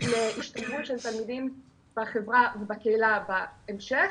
להשתלבות של תלמידים בחברה ובקהילה בהמשך,